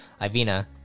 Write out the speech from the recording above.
Ivina